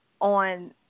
on